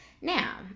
Now